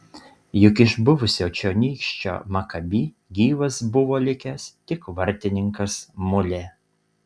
juk iš buvusio čionykščio makabi gyvas buvo likęs tik vartininkas mulė